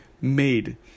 made